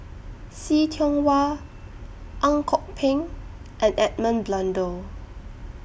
See Tiong Wah Ang Kok Peng and Edmund Blundell